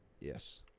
yes